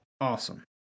awesome